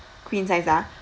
queen size ah